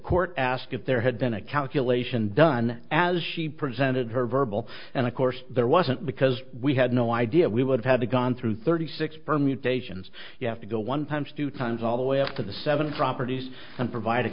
court asked if there had been a calculation done as she presented her verbal and of course there wasn't because we had no idea we would have had to gone through thirty six permutations you have to go one punch two times all the way up to the seven properties and provide